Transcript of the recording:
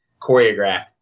choreographed